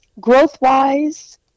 growth-wise